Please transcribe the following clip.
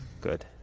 good